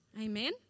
Amen